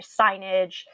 signage